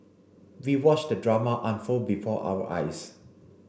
we watched the drama unfold before our eyes